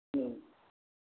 ம்